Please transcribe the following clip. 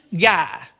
guy